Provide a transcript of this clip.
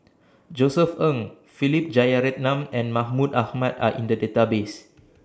Josef Ng Philip Jeyaretnam and Mahmud Ahmad Are in The Database